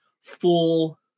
full